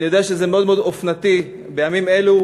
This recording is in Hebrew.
אני יודע שזה מאוד מאוד אופנתי בימים אלו,